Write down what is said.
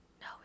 no